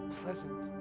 pleasant